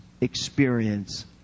experience